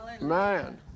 Man